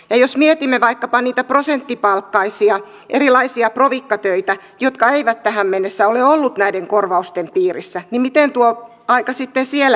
jos mietimme vaikkapa niitä erilaisia prosenttipalkkaisia provikkatöitä jotka eivät tähän mennessä ole olleet näiden korvausten piirissä niin miten tuo aika sitten siellä määritellään